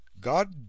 God